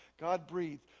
God-breathed